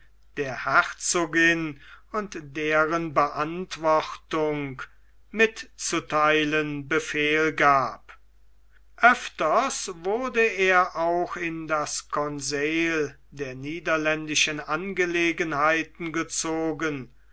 der herzogin und deren beantwortung mitzutheilen befehl gab oefters wurde er auch in das conseil der niederländischen angelegenheiten gezogen